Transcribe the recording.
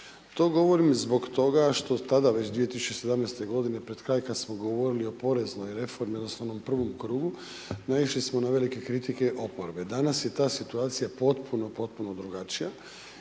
To govorim zbog toga što tada već 2017. godine pred kraj kada smo govorili o poreznoj reformi odnosno onom prvom krugu, naišli smo na velike kritike oporbe, danas je ta situacija potpuno, potpuno drugačija